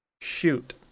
Shoot